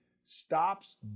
stops